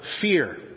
fear